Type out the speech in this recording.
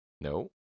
No